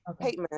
Payment